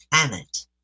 planet